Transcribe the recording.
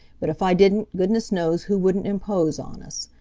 but if i didn't goodness knows who wouldn't impose on us.